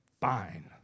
fine